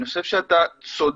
אני חושב שאתה צודק